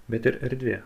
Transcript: bet ir erdvė